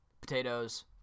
potatoes